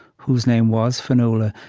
whose name was fionnuala,